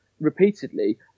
repeatedly